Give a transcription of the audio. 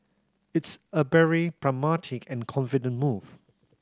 it's a very pragmatic and confident move